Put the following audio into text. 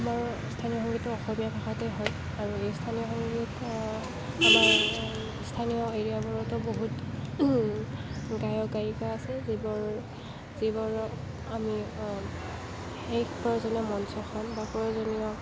আমাৰ স্থানীয় সংগীতটো অসমীয়া ভাষাতে হয় আৰু এই স্থানীয় সংগীত আমাৰ স্থানীয় এৰিয়াবোৰতো বহুত গায়ক গায়িকা আছে যিবোৰ যিবোৰ আমি সেই প্ৰয়োজনীয় মঞ্চখন বা প্ৰয়োজনীয়